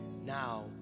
now